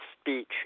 speech